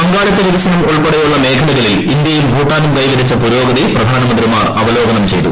പങ്കാളിത്ത വികസനം ഉൾപ്പെടെയുള്ള മേഖലകളിൽ ഇന്ത്യയും ഭൂട്ടാനും കൈവരിച്ച പുരോഗതി പ്രധാനമന്ത്രിമാർ അവലോകനം ചെയ്തു